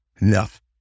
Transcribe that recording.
Enough